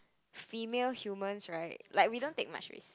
female human's right like we don't take much risk